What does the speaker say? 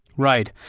right.